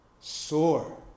sore